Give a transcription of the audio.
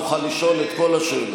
תוכל לשאול את כל השאלות.